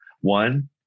one